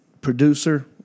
producer